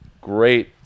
great